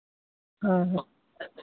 हाँ हाँ